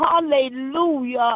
Hallelujah